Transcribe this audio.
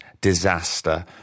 disaster